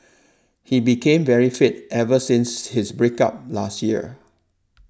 he became very fit ever since his break up last year